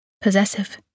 possessive